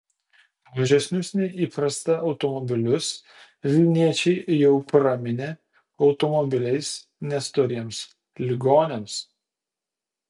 mažesnius nei įprasta automobilius vilniečiai jau praminė automobiliais nestoriems ligoniams